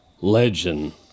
legend